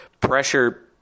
pressure